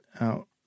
out